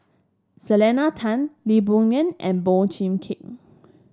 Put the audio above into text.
Selena Tan Lee Boon Ngan and Boey Cheng Kim